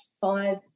five